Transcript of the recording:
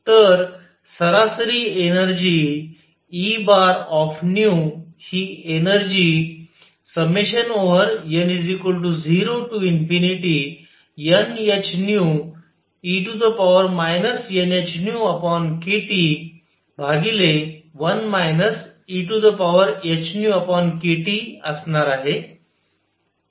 तर सरासरी energy E ही एनर्जी n0nhνe nhνkT1 e hνkTअसणार आहे